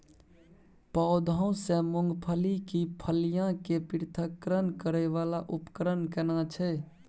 पौधों से मूंगफली की फलियां के पृथक्करण करय वाला उपकरण केना छै?